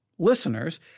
listeners